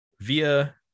via